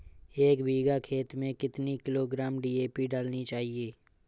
एक बीघा खेत में कितनी किलोग्राम डी.ए.पी डालनी चाहिए?